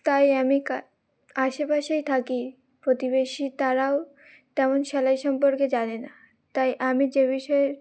তাই আমি কা আশেপাশেই থাকি প্রতিবেশী তারাও তেমন সেলাই সম্পর্কে জানে না তাই আমি যে বিষয়ে